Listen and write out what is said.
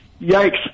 Yikes